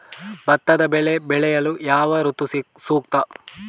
ಭತ್ತದ ಬೆಳೆ ಬೆಳೆಯಲು ಯಾವ ಋತು ಸೂಕ್ತ?